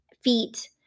feet